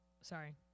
sorry